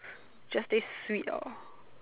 just taste sweet lor